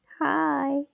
hi